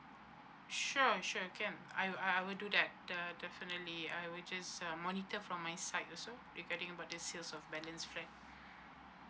sure sure can I will I will do that de~ definitely I will just uh monitor from my side also regarding about the sales of balance flat